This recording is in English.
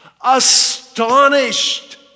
astonished